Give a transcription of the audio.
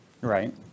right